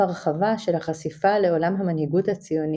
הרחבה של החשיפה לעולם המנהיגות הציונית,